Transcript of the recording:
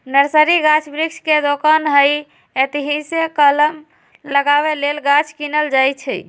nursery गाछ वृक्ष के दोकान हइ एतहीसे कलम लगाबे लेल गाछ किनल जाइ छइ